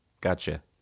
Gotcha